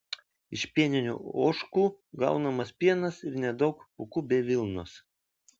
iš pieninių ožkų gaunamas pienas ir nedaug pūkų bei vilnos